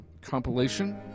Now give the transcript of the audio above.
compilation